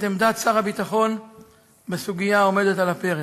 עמדת שר הביטחון בסוגיה העומדת על הפרק.